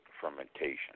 fermentation